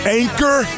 anchor